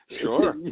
Sure